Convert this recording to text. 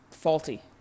faulty